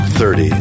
30